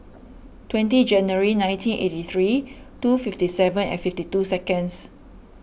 twenty January nineteen eighty three two fifty seven and fifty two seconds